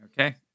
Okay